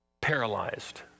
paralyzed